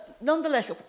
nonetheless